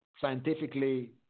scientifically